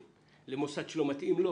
מיוחדים למוסד שלא מתאים לו?